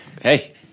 Hey